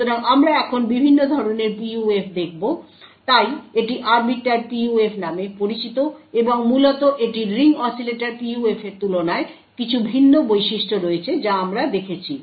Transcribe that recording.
সুতরাং আমরা এখন বিভিন্ন ধরণের PUF দেখব তাই এটি আরবিটার PUF নামে পরিচিত এবং মূলত এটির রিং অসিলেটর PUF এর তুলনায় কিছু ভিন্ন বৈশিষ্ট্য রয়েছে যা আমরা দেখেছি